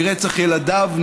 מרצח ילדיו,